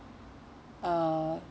uh